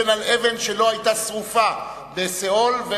אבן על אבן שלא היתה שרופה, בסיאול.